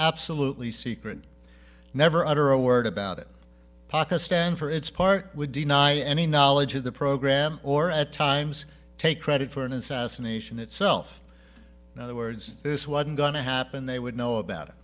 absolutely secret never utter a word about it pakistan for its part would deny any knowledge of the program or at times take credit for an assassination itself you know the words this wasn't going to happen they would know about it